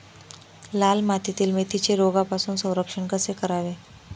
लाल मातीतील मेथीचे रोगापासून संरक्षण कसे करावे?